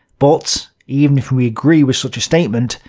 but even if we agree with such a statement,